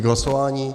K hlasování.